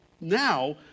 now